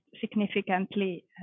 significantly